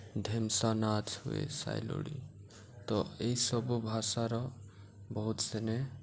ଢେମ୍ସା ନାଚ ହୁଏ ସାଇଲୋଡ଼ି ତ ଏହିସବୁ ଭାଷାର ବହୁତ ସେନେ